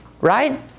Right